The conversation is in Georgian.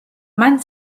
მან